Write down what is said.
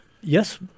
Yes